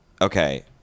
Okay